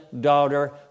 daughter